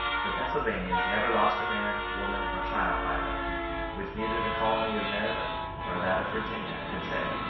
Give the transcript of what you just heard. the pennsylvanians never lost a man, woman, or child by them which neither the colony of maryland, nor that of virginia could say,